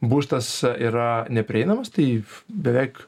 būstas yra neprieinamas tai beveik